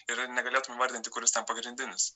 ir negalėtum įvardinti kuris ten pagrindinis